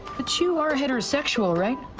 but you are heterosexual, right?